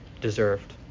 deserved